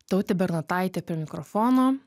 tautė bernotaitė prie mikrofono